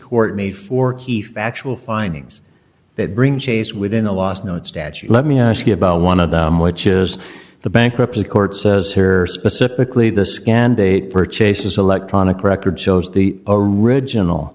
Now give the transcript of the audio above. court made four key factual findings that bring chase within the last known statute let me ask you about one of them which is the bankruptcy court says here specifically the scan date for chase's electronic record shows the original